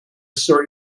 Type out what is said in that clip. sort